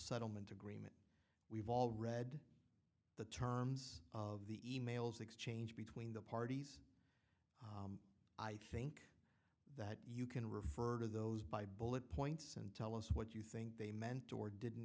settlement agree we've all read the terms of the e mails exchanged between the parties i think that you can refer to those by bullet points and tell us what you think they meant or didn't